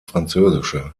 französische